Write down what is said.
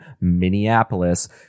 Minneapolis